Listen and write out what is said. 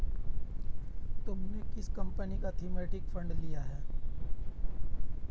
तुमने किस कंपनी का थीमेटिक फंड लिया है?